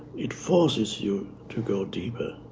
it forces you to go deeper.